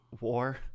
war